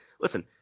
Listen